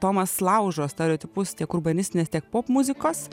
tomas laužo stereotipus tiek urbanistinės tiek popmuzikos